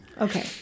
Okay